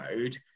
mode